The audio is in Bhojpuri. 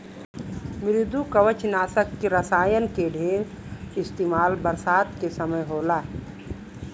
मृदुकवचनाशक रसायन के ढेर इस्तेमाल बरसात के समय होला